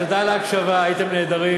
תודה על ההקשבה, הייתם נהדרים.